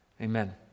amen